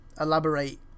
elaborate